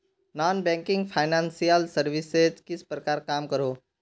Non banking financial services किस प्रकार काम करोहो?